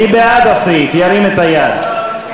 מי בעד, ירים את היד.